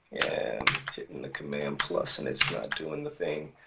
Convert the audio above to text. i'm hitting the command plus and it's not doing the thing.